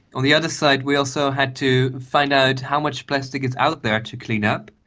on the other side we also had to find out how much plastic is out there to clean up,